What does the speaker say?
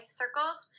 circles